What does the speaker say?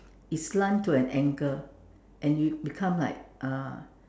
is slant to an angle and you become like uh